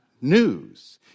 news